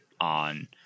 on